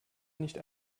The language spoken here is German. nicht